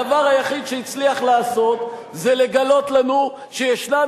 הדבר היחיד שהצליח לעשות זה לגלות לנו שישנן